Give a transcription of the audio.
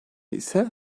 ise